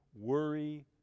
worry